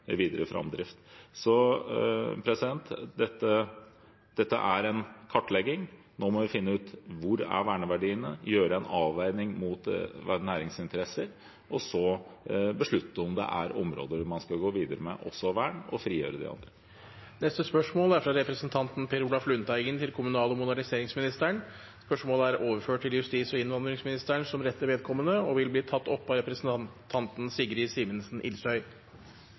Dette er en kartlegging, nå må vi finne ut hvor verneverdiene er, gjøre en avveining mot næringsinteresser, og så beslutte om det er områder man skal gå videre med når det gjelder vern og frigjøre de områdene. Dette spørsmålet er utsatt til neste spørretime.. Vi går da til spørsmål 9. Dette spørsmålet, fra representanten Per Olaf Lundteigen til kommunal- og moderniseringsministeren, er overført til justis- og innvandringsministeren som rette vedkommende. Spørsmålet blir tatt opp av representanten Sigrid Simensen